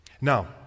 Now